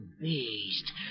beast